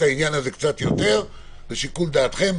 את העניין הזה קצת יותר בשיקול דעתכם,